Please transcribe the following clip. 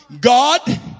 God